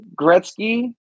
Gretzky